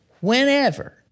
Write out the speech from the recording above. whenever